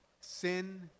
Sin